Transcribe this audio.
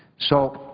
so